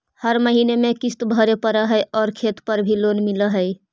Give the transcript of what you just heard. हर महीने में किस्त भरेपरहै आउ खेत पर भी लोन मिल है?